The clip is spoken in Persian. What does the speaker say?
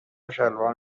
شلوار